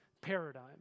paradigm